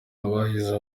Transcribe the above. abahize